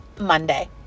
Monday